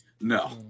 No